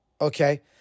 Okay